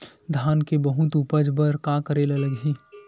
धान के बहुत उपज बर का करेला लगही?